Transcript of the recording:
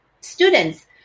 students